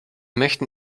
möchten